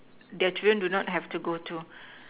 their children do not have to go to